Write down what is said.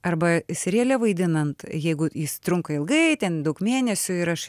arba seriale vaidinant jeigu jis trunka ilgai ten daug mėnesių ir aš